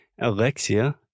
Alexia